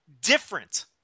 different